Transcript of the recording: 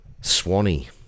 Swanee